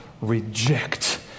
reject